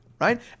right